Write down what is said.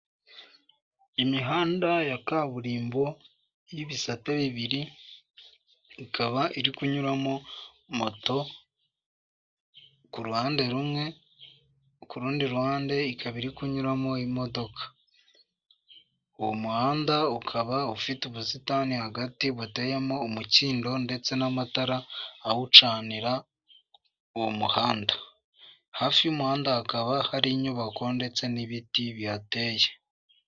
Imihanda ya kaburimbo y'ibisate bibiri ikaba iri kunyuramo moto kuruhande rumwe ,kurundi ruhande ikaba iri kunyuramo imodoka, uwo muhanda ukaba ufite ubusitani hagati buteyemo umukindo ndetse n'amatara awucanira uwo muhanda, hafi y'umuhanda hakaba hari inyubako ndetse n'ibiti bihateye.